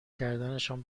کردنشان